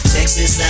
Texas